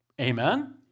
Amen